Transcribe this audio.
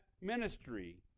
ministry